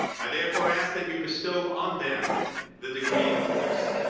i therefore ask that you bestow on them the degree in course.